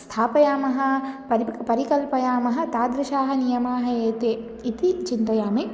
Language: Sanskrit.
स्थापयामः परि परिकल्पयामः तादृशाः नियमाः एते इति चिन्तयामि